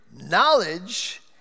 knowledge